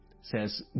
says